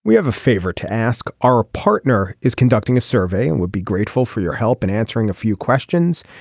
we have a favor to ask. our partner is conducting a survey and would be grateful for your help in and answering a few questions.